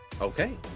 Okay